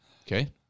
Okay